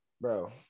bro